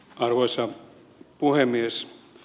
arvoisa puhemies